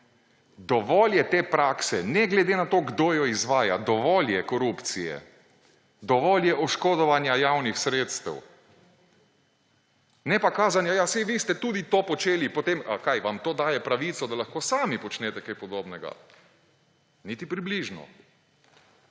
»Dovolj je te prakse, ne glede na to, kdo jo izvaja! Dovolj je korupcije! Dovolj je oškodovanja javnih sredstev!« Ne pa kazanje, ja, saj vi ste tudi to počeli. Potem − kaj? Vam to daje pravico, da lahko sami počnete kaj podobnega? Niti približno.